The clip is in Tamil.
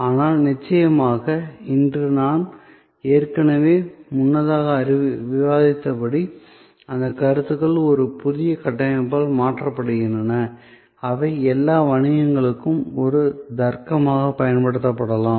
ஆனால் நிச்சயமாக இன்று நான் ஏற்கனவே முன்னதாக விவாதித்தபடி அந்தக் கருத்துக்கள் ஒரு புதிய கட்டமைப்பால் மாற்றப்படுகின்றன அவை எல்லா வணிகங்களுக்கும் ஒரு தர்க்கமாகப் பயன்படுத்தப்படலாம்